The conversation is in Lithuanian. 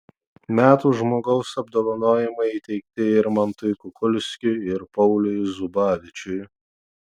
metų žmogaus apdovanojimai įteikti irmantui kukulskiui ir pauliui zubavičiui